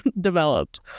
developed